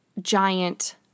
giant